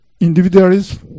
Individualism